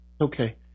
okay